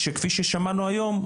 שכפי ששמענו היום,